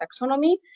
taxonomy